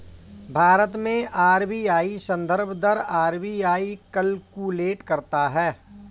भारत में आर.बी.आई संदर्भ दर आर.बी.आई कैलकुलेट करता है